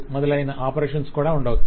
మొదలైన ఆపరేషన్స్ కూడా ఉండవచ్చు